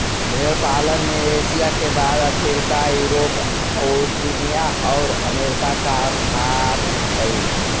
भेंड़ पालन में एशिया के बाद अफ्रीका, यूरोप, ओशिनिया और अमेरिका का स्थान हई